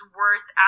worth